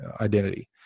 identity